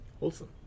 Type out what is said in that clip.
Awesome